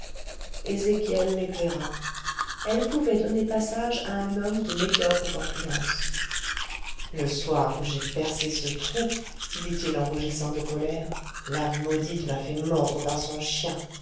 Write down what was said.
l'éclaira elle pouvait donner passage à un homme de médiocre corpulence le soir où j'ai percé ce trou dit-il en rougissant de colère la maudite m'a fait mordre par son chien